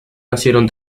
nacieron